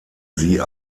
sie